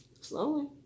Slowly